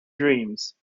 dreams